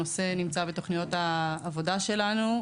הנושא נמצא בתוכניות העבודה שלנו.